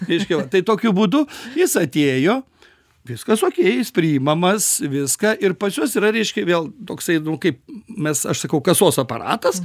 reiškia tai tokiu būdu jis atėjo viskas okei jis priimamas viską ir pas juos yra reiškia vėl toksai nu kaip mes aš sakau kasos aparatas